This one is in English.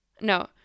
no